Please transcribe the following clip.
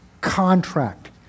contract